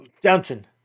downton